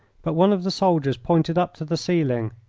but one of the soldiers pointed up to the ceiling.